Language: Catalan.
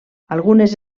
algunes